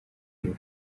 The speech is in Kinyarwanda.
ariwe